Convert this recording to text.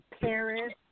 Paris